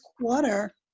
quarter